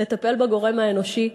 לטפל בגורם האנושי,